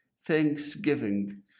thanksgiving